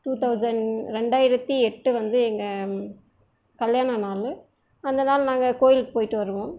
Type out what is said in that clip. two thousand ரெண்டாயிரத்து எட்டு வந்து எங்கள் கல்யாண நாள் அந்த நாள் நாங்கள் கோயில் போய்விட்டு வருவோம்